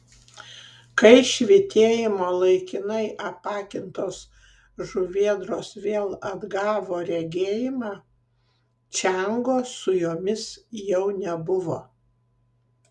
kai švytėjimo laikinai apakintos žuvėdros vėl atgavo regėjimą čiango su jomis jau nebuvo